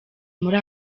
muri